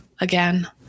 again